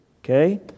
okay